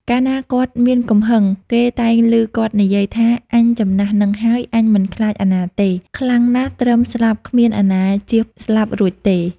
កាលណាគាត់មានកំហឹងគេតែងឮគាត់និយាយថាអញចំណាស់ហ្នឹងហើយ អញមិនខ្លាចអាណាទេ ខ្លាំងណាស់ត្រឹមស្លាប់គ្មានអាណាជៀសស្លាប់រួចទេ។